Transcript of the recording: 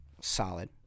solid